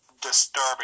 disturbing